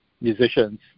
musicians